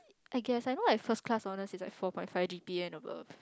I guess I know like first class honours is like four point five G_P_A and above